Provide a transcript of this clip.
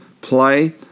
play